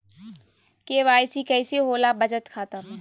KYC कैसे होला बचत खाता में?